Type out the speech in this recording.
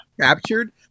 captured